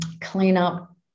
cleanup